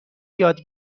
یاد